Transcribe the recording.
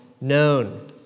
known